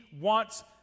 wants